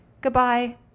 Goodbye